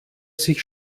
sich